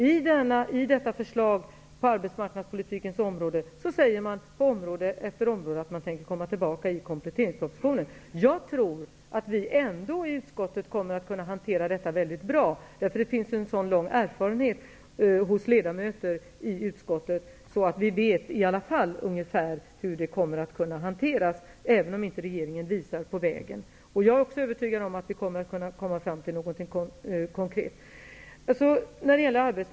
I förslaget på arbetsmarknadspolitikens område säger man på område efter område att man tänker återkomma i kompletteringspropositionen. Jag tror ändå att vi i utskottet kommer att kunna hantera detta bra, eftersom ledamöterna i utskottet har en så lång erfarenhet. Därför vet vi i alla fall ungefär hur detta kan komma att hanteras, även om inte regeringen visar på vägen. Jag är också övertygad om att vi skall komma fram till någonting konkret.